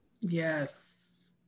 Yes